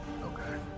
Okay